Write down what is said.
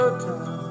time